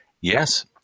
yes